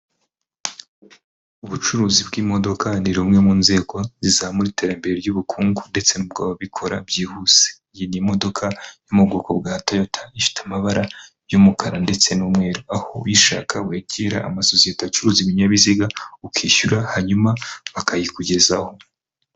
Ubucuruzi bw'imodoka ni rumwe mu nzego zizamura iterambere ry'ubukungu ndetse n'ubw'ababikora byihuse. Iyi ni imodokadoka yo mu bwoko bwa Toyota, ifite amabara y'umukara ndetse n'umweru. Aho uyishaka wegera amasosiyete acuruza ibinyabiziga ukishyura hanyuma bakayikugezaho.